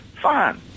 Fine